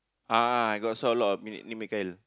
ah I got saw a lot of mi~ ini Mikail